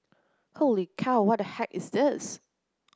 holy cow what the heck is this